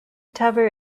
tower